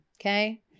Okay